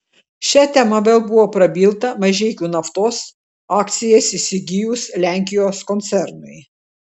šia tema vėl buvo prabilta mažeikių naftos akcijas įsigijus lenkijos koncernui